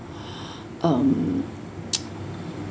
um